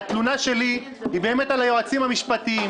התלונה שלי היא על היועצים המשפטיים.